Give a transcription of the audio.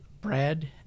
Brad